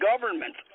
governments